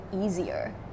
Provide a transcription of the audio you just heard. easier